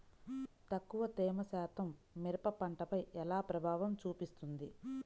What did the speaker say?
తక్కువ తేమ శాతం మిరప పంటపై ఎలా ప్రభావం చూపిస్తుంది?